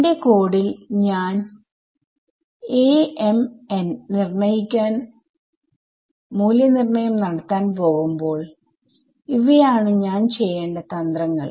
എന്റെ കോഡിൽ ഞാൻ മൂല്യനിർണ്ണയം നടത്താൻ പോകുമ്പോൾഇവയാണ് ഞാൻ ചെയ്യേണ്ട തന്ത്രങ്ങൾ